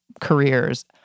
careers